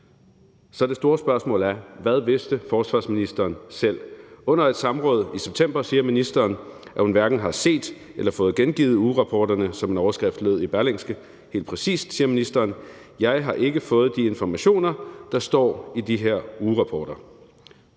Så det store spørgsmål er: Hvad vidste forsvarsministeren selv? Under et samråd i september siger ministeren, at hun hverken har set eller fået gengivet ugerapporterne, som en overskrift lød i Berlingske, og helt præcis siger ministeren: Jeg har ikke fået de informationer, der står i de her ugerapporter.